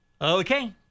Okay